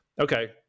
okay